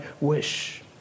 wish